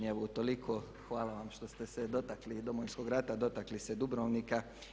Evo utoliko, hvala vam što ste se dotakli Domovinskog rata, dotakli se Dubrovnika.